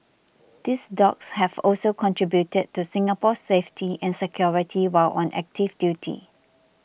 these dogs have also contributed to Singapore's safety and security while on active duty